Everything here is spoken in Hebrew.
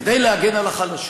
כדי להגן על החלשים.